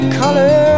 color